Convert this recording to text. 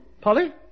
Polly